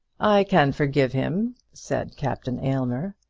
i can forgive him, said captain aylmer.